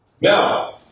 Now